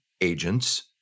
agents